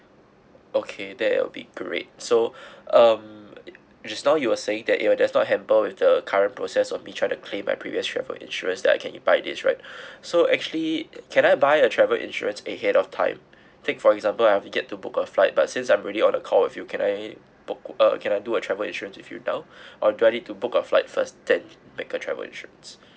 okay that will be great so um just now you were saying that it will does not hamper with the current process on me trying to claim my previous travel insurance that I can buy this right so actually can I buy a travel insurance ahead of time take for example I've yet to book a flight but since I'm already on the call with you can I book uh can I do a travel insurance with you now or do I need to book a flight first then make a travel insurance